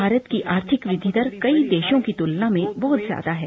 भारत की आर्थिके वृद्धि दर कई देशों की तुलना में बहुत ज्यादा है